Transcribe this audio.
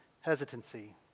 hesitancy